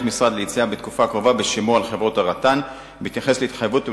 המשרד ליציאה לשימוע על חברות הרט"ן בתקופה הקרובה,